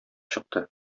чыкты